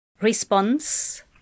Response